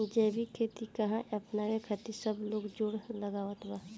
जैविक खेती काहे अपनावे खातिर सब लोग जोड़ लगावत बा?